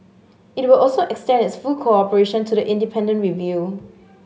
it will also extend its full cooperation to the independent review